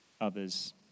others